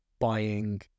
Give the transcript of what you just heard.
buying